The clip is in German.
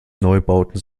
neubauten